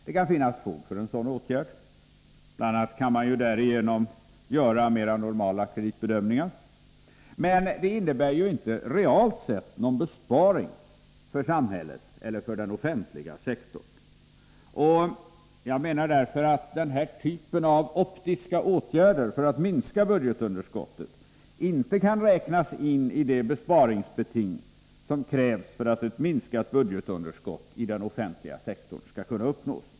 Det kan finnas fog för en sådan åtgärd — bl.a. kan därigenom mera normala kreditbedömningar komma att göras — men den innebär inte, realt sett, någon besparing för samhället eller för den offentliga sektorn. Den här typen av optiska åtgärder för att minska budgetunderskottet kan inte räknas in i det besparingsbeting som krävs för att ett minskat budgetunderskott i den offentliga sektorn skall kunna uppnås.